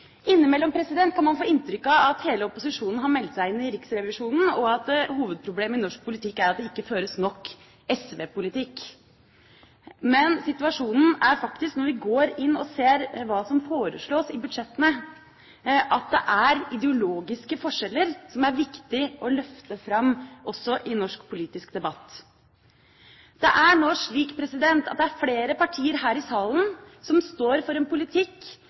Innimellom kan man få inntrykk av at hele opposisjonen har meldt seg inn i Riksrevisjonen, og at hovedproblemet i norsk politikk er at det ikke føres nok SV-politikk. Men situasjonen er faktisk slik, når vi går inn og ser hva som foreslås i budsjettene, at det er ideologiske forskjeller som er viktige å løfte fram også i norsk politisk debatt. Det er nå slik at det er flere partier her i salen som står for en politikk